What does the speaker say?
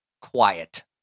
quiet